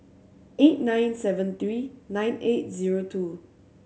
eight nine seven three nine eight zero two